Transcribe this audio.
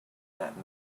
that